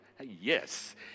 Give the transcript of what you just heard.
Yes